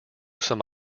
some